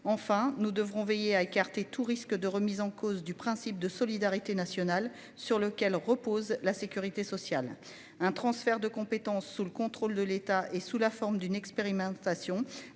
Enfin, nous devrons veiller à écarter tout risque de remise en cause du principe de solidarité nationale sur lequel repose la sécurité sociale. Un transfert de compétences sous le contrôle de l'État et sous la forme d'une expérimentation.